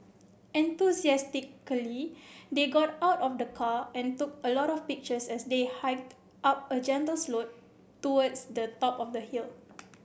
enthusiastically they got out of the car and took a lot of pictures as they hiked up a gentle slope towards the top of the hill